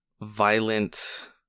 violent